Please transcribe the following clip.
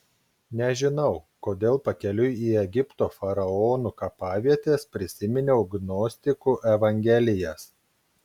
nežinau kodėl pakeliui į egipto faraonų kapavietes prisiminiau gnostikų evangelijas